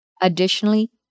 Additionally